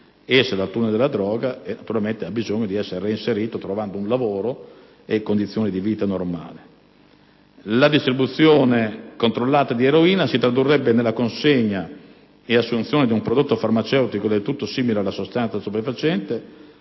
esce dal tunnel della droga, naturalmente, ha bisogno di essere reinserito, trovando un lavoro e condizioni di vita normali. La distribuzione controllata di eroina si tradurrebbe nella consegna e assunzione di un prodotto farmaceutico del tutto simile alla sostanza stupefacente